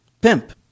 Pimp